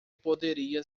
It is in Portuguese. poderia